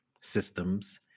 systems